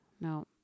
No